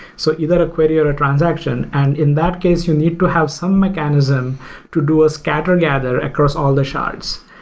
so either a query or a transaction, and in that case you need to have some mechanism to do a scatter gather across all the shards.